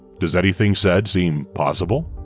does anything said seem possible?